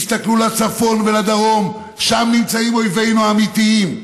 תסתכלו לצפון ולדרום, שם נמצאים אויבינו האמיתיים.